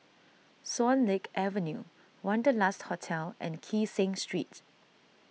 Swan Lake Avenue Wanderlust Hotel and Kee Seng Street